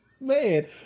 Man